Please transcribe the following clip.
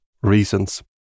reasons